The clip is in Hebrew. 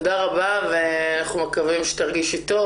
תודה רבה ואנחנו מקווים שתרגישי טוב